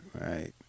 Right